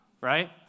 right